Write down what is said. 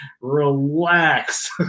relax